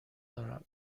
دارم